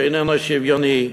שאיננו שוויוני,